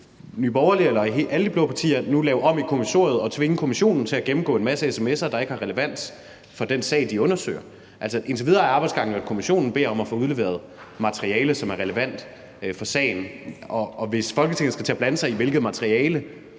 Nye Borgerlige eller alle de blå partier lave om i kommissoriet og tvinge kommissionen til at gennemgå en masse sms'er, der ikke har relevans for den sag, de undersøger. Indtil videre er arbejdsgangen jo, at kommissionen beder om at få udleveret materiale, som er relevant for sagen, og hvis Folketinget skal til at blande sig i, hvilket materiale